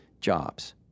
jobs